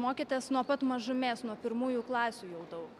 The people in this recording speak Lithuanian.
mokėtės nuo pat mažumės nuo pirmųjų klasių jau daug